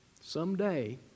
someday